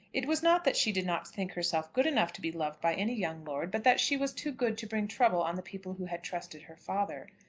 it was not that she did not think herself good enough to be loved by any young lord, but that she was too good to bring trouble on the people who had trusted her father.